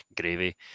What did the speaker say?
gravy